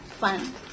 fun